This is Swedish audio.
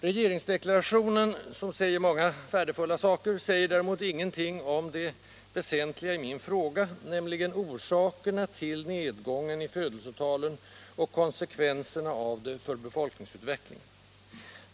Regeringsdeklarationen, där det står många värdefulla saker, säger däremot ingenting om det väsentliga i min fråga, nämligen orsakerna till nedgången i födelsetalen och konsekvenserna härav för befolkningsutvecklingen.